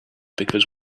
because